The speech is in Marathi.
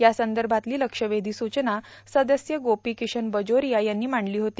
या संदभातलो लक्षवेधी सूचना सदस्य गोर्पीकिशन बाजोरोया यांनी मांडलो होती